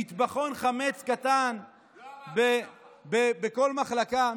מטבחון חמץ קטן בכל מחלקה,